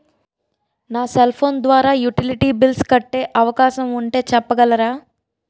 నా cell phone ద్వారా utility bills కట్టే అవకాశం ఉంటే చెప్పగలరా?